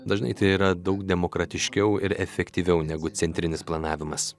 dažnai tai yra daug demokratiškiau ir efektyviau negu centrinis planavimas